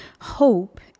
hope